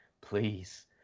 Please